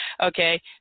Okay